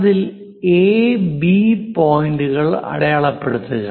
അതിൽ A B AB പോയിന്റുകൾ അടയാളപ്പെടുത്തുക